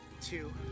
two